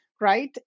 right